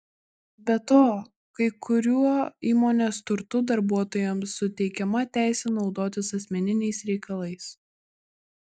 be to kai kuriuo įmonės turtu darbuotojams suteikiama teisė naudotis asmeniniais reikalais